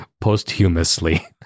posthumously